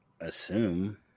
assume –